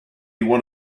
one